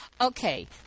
Okay